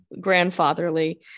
grandfatherly